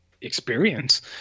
experience